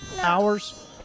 hours